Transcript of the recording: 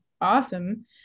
awesome